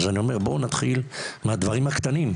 אז אני אומר, בואו נתחיל מהדברים הקטנים.